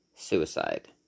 Suicide